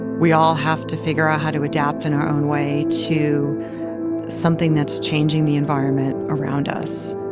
we all have to figure out how to adapt in our own way to something that's changing the environment around us.